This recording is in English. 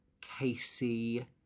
Casey